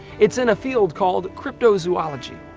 it is in a field called crypto-zoology.